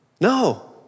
No